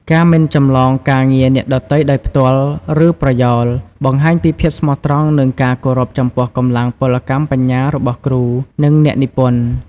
ការ មិនចម្លងការងារអ្នកដទៃដោយផ្ទាល់ ឬប្រយោល បង្ហាញពីភាពស្មោះត្រង់ និងការគោរពចំពោះកម្លាំងពលកម្មបញ្ញារបស់គ្រូ និងអ្នកនិពន្ធ។